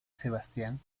sebastián